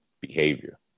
behavior